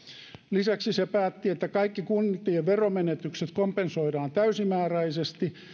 lisäksi se päätti että kaikki kuntien veromenetykset kompensoidaan täysimääräisesti